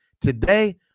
today